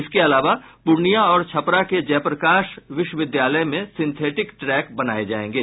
इसके अलावा पूर्णिया और छपरा के जयप्रकाश विश्वविद्यालय में सिंथेटिक ट्रैक बनाये जायेंगे